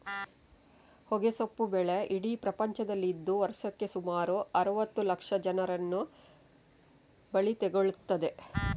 ಹೊಗೆಸೊಪ್ಪು ಬೆಳೆ ಇಡೀ ಪ್ರಪಂಚದಲ್ಲಿ ಇದ್ದು ವರ್ಷಕ್ಕೆ ಸುಮಾರು ಅರುವತ್ತು ಲಕ್ಷ ಜನರನ್ನ ಬಲಿ ತಗೊಳ್ತದೆ